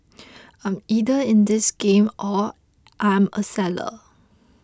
I'm either in this game or I am a seller